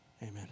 Amen